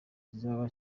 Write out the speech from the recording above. kizaba